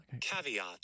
Caveat